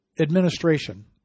administration